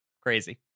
Crazy